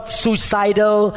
suicidal